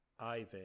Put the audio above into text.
Ivan